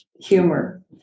humor